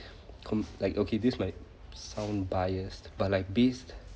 com~ like okay this might sound biased but like based